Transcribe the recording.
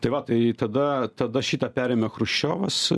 tai va tai tada tada šitą perėmė chruščiovas